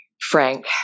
Frank